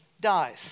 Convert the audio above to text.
dies